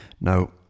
Now